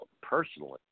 personally